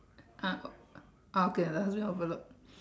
ah ah okay the thing overload